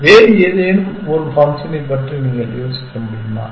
வேறு ஏதேனும் ஒரு ஃபங்க்ஷனைப் பற்றி நீங்கள் யோசிக்க முடியுமா